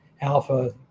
alpha